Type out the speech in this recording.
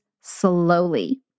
slowly